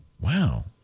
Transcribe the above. Wow